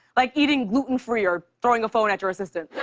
like eating gluten free or throwing a phone at your assistant.